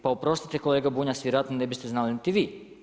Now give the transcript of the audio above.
Pa oprostite kolega Bunjac, vjerojatno ne biste znali niti vi.